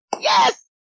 Yes